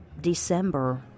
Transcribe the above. December